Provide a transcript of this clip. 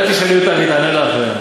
אולי תשאלי אותה, והיא תענה לך.